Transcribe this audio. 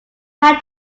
had